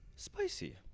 Spicy